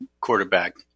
quarterback